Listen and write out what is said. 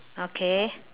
okay